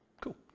Cool